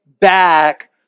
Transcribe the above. Back